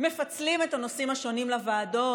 מפצלים את הנושאים השונים לוועדות.